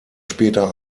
später